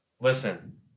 listen